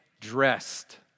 dressed